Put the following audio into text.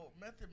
Method